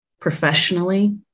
professionally